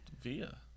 via